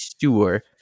sure